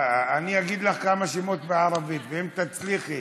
אני אגיד לך כמה שמות בערבית, ואם תצליחי